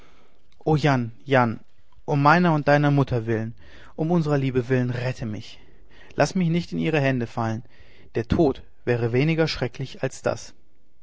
o jan jan um meiner und deiner mutter willen um unserer liebe willen rette mich laß mich nicht in ihre hände fallen der tod wäre weniger schrecklich als das